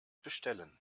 bestellen